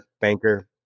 banker